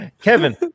Kevin